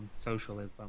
socialism